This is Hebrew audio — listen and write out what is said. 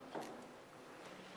בילסקי.